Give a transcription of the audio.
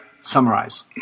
summarize